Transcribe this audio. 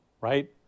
right